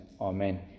Amen